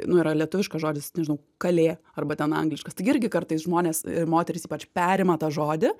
nu yra lietuviškas žodis nežinau kalė arba ten angliškas taigi irgi kartais žmonės ir moterys ypač perima tą žodį